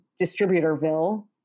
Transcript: distributorville